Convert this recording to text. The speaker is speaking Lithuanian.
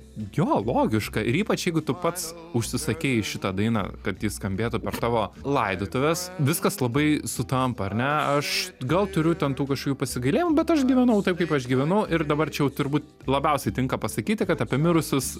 jo logiška ir ypač jeigu tu pats užsisakei šitą dainą kad ji skambėtų per tavo laidotuves viskas labai sutampa ar ne aš gal turiu ten tų kažkokių pasigailėjimų bet aš gyvenau taip kaip aš gyvenau ir dabar čia jau turbūt labiausiai tinka pasakyti kad apie mirusius